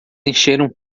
encheram